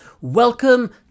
Welcome